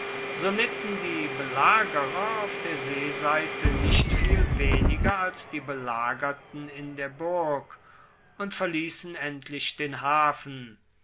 so litten die belagerer auf der seeseite nicht viel weniger als die belagerten in der burg und verliessen endlich den hafen